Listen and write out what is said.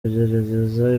kugerageza